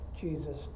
Jesus